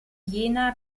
jena